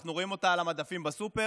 אנחנו רואים אותה על המדפים בסופר,